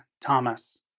Thomas